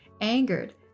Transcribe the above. angered